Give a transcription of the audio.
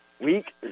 week